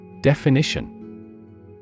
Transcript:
Definition